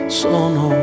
sono